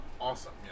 awesome